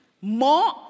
more